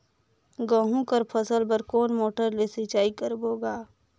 गहूं कर फसल बर कोन मोटर ले सिंचाई करबो गा?